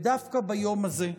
דווקא ביום הזה,